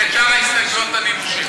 ואת שאר ההסתייגויות אני מושך.